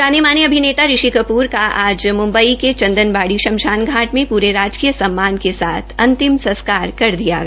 जाने माले अभिनेता ऋषि कप्र का आज मुम्बई के चंदनवाड़ी शमशान घाट में प्रे राजकीय सम्मान के साथ अंतिम संस्कार कर दिया गया